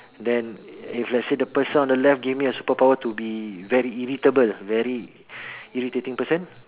then if let say the person on the left gave me a superpower to be very irritable very irritating person